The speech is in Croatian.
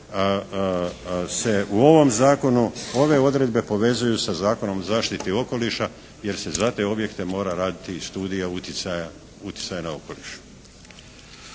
se u ovom Zakonu ove odredbe povezuju sa Zakonom o zaštiti okoliša jer se za te objekte mora raditi i studija utjecaja na okoliš.